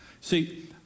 See